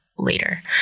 later